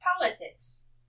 politics